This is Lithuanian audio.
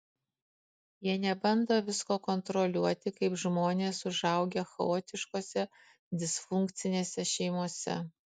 jie nebando visko kontroliuoti kaip žmonės užaugę chaotiškose disfunkcinėse šeimose